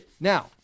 now